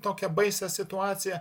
tokią baisią situaciją